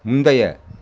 முந்தைய